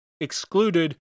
excluded